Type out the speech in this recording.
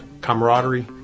camaraderie